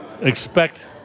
expect